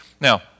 Now